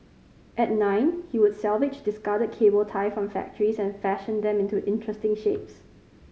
at nine he would salvage discarded cable tie from factories and fashion them into interesting shapes